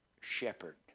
shepherd